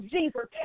Jesus